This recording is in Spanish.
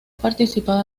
participado